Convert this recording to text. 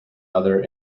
other